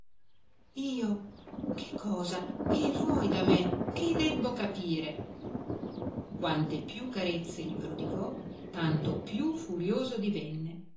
io che cosa che vuoi da me che debbo capire quante più carezze gli prodigò tanto più furioso divenne